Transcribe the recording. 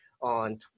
on